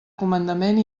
comandament